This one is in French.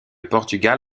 portugal